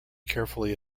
carefully